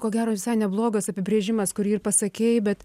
ko gero visai neblogas apibrėžimas kurį ir pasakei bet